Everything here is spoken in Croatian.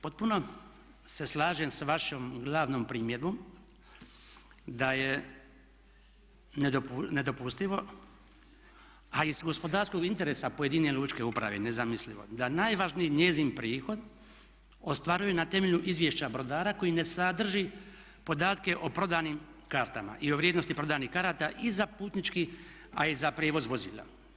Potpuno se slažem sa vašom glavnom primjedbom da je nedopustivo a i iz gospodarskog interesa pojedine lučke uprave nezamislivo da najvažniji njezin prihod ostvaruje na temelju izvješća brodara koji ne sadrži podatke o prodanim kartama i o vrijednosti prodanih karata i za putnički a i za prijevoz vozila.